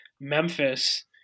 Memphis